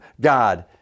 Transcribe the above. God